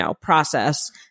process